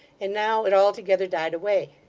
and now it altogether died away.